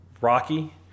Rocky